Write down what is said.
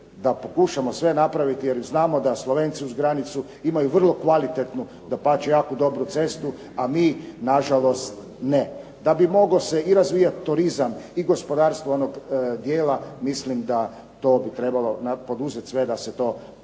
da pokušamo sve napraviti jer znamo da Slovenci uz granicu imaju vrlo kvalitetnu, dapače jako dobru cestu, a mi nažalost ne. Da bi mogao se i razvijati turizam i gospodarstvo onog dijela mislim da to bi trebalo poduzeti sve da se to pokuša